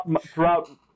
Throughout